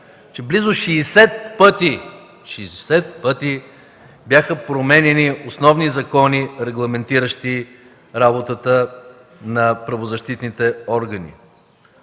че близо 60 пъти бяха променяни основни закони, регламентиращи работата на правозащитните органи!